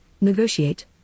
negotiate